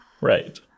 Right